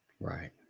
Right